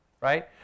right